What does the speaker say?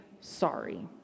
sorry